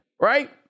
right